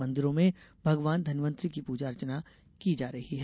मंदिरों में भगवान धनवन्तर की पूजा अर्चना की जा रही है